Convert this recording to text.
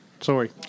Sorry